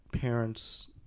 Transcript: parents